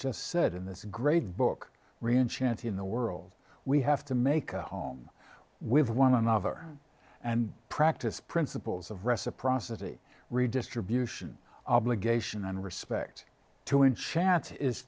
just said in this great book rian chance in the world we have to make a home with one another and practice principles of reciprocity redistribution obligation and respect to him chant is